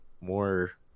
more